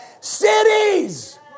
cities